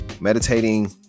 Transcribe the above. meditating